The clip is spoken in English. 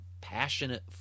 passionate